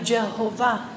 Jehovah